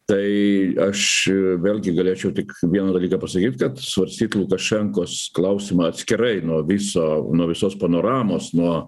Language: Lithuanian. tai aš vėlgi galėčiau tik vieną dalyką pasakyt kad svarstyt lukašenkos klausimą atskirai nuo viso nuo visos panoramos nuo